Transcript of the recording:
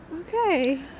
Okay